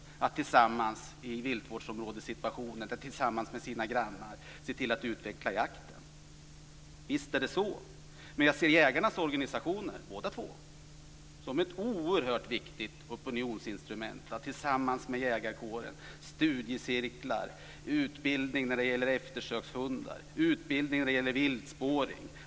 De har att tillsammans i viltvårdsområdet eller tillsammans med sina grannar utveckla jakten. Men jag ser jägarnas organisationer - båda två - som ett oerhört viktigt opinionsinstrument. De kan tillsammans med jägarkåren bedriva studiecirklar i utbildning av eftersökshundar och viltspårning.